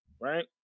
right